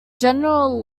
general